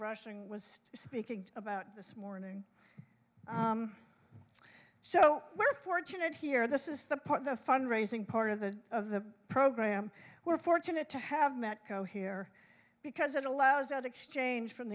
rushing was speaking about this morning so we're fortunate here this is the part of the fund raising part of the of the program we're fortunate to have met co here because it allows that exchange from